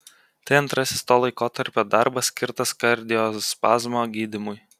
tai antrasis to laikotarpio darbas skirtas kardiospazmo gydymui